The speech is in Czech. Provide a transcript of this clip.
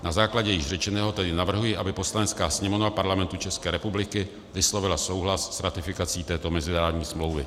Na základě již řečeného tedy navrhuji, aby Poslanecká sněmovna Parlamentu ČR vyslovila souhlas s ratifikací této mezinárodní smlouvy.